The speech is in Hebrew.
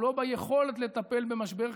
לא ביכולת לטפל במשבר כזה.